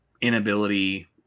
inability